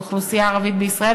לאוכלוסייה הערבית בישראל,